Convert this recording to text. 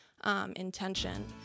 Intention